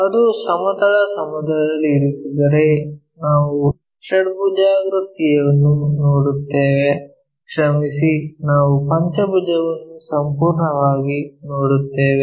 ಅದು ಸಮತಲ ಸಮತಲದಲ್ಲಿ ಇರಿಸಿದರೆ ನಾವು ಷಡ್ಭುಜಾಕೃತಿಯನ್ನು ನೋಡುತ್ತೇವೆ ಕ್ಷಮಿಸಿ ನಾವು ಪಂಚಭುಜವನ್ನು ಸಂಪೂರ್ಣವಾಗಿ ನೋಡುತ್ತೇವೆ